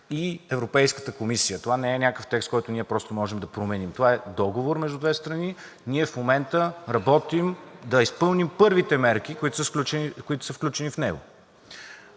и Европейската комисия. Това не е някакъв текст, който ние просто можем да променим, това е договор между две страни. Ние в момента работим да изпълним първите мерки, които са включени в него.